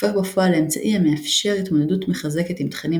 הופך בפועל לאמצעי המאפשר התמודדות מחזקת עם תכנים